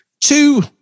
Two